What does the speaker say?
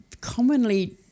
commonly